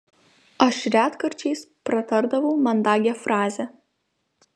aš retkarčiais pratardavau mandagią frazę